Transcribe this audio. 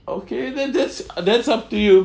okay then that's uh that's up to you